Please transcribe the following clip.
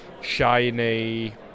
Shiny